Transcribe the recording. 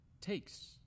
takes